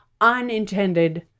unintended